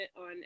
on